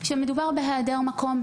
שמדובר בהיעדר מקום.